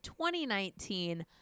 2019